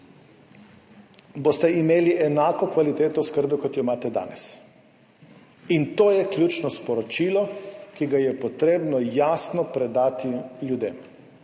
boste imeli enako kvaliteto oskrbe, kot jo imate danes. To je ključno sporočilo, ki ga je potrebno jasno predati ljudem.